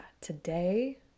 today